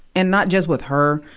and not just with her,